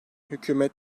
hükümet